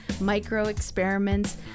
micro-experiments